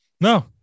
No